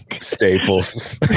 Staples